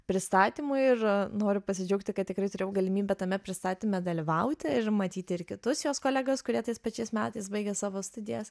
pristatymui ir noriu pasidžiaugti kad tikrai turėjau galimybę tame pristatyme dalyvauti ir matyti ir kitus jos kolegas kurie tais pačiais metais baigė savo studijas